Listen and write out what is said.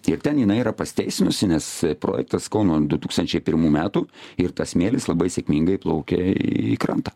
tiek ten jinai yra pasiteisinusi nes projektas kauno du tūkstančiai pirmų metų ir tas smėlis labai sėkmingai plaukė į krantą